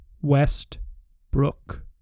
Westbrook